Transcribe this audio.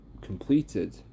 completed